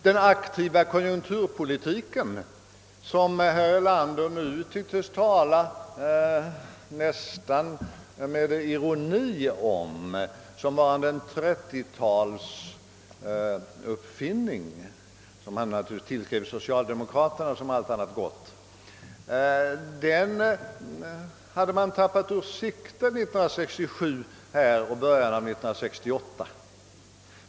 Den aktiva konjunkturpolitiken, som herr Erlander nu talade nästan ironiskt om såsom varande en trettiotalsuppfinning — som han naturligtvis tillskrev socialdemokraterna som allt annat gott — hade man tappat ur sikte 1967 och i början av år 1968.